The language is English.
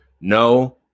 no